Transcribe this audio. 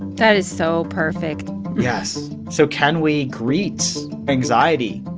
that is so perfect yes. so can we greet anxiety?